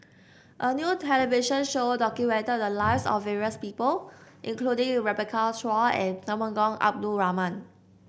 a new television show documented the lives of various people including Rebecca Chua and Temenggong Abdul Rahman